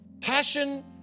Passion